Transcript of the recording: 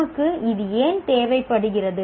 நமக்கு இது ஏன் தேவைப்படுகிறது